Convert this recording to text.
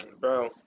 bro